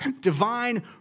divine